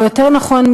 או יותר נכון,